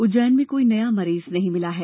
उज्जैन में कोई नया मरीज नहीं मिला है